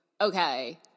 okay